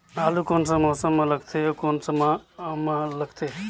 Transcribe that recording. आलू कोन सा मौसम मां लगथे अउ कोन सा माह मां लगथे?